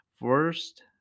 First